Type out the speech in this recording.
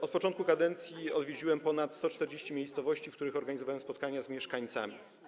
Od początku kadencji odwiedziłem ponad 140 miejscowości, w których organizowałem spotkania z mieszkańcami.